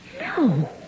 No